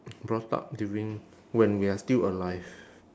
brought up during when we are still alive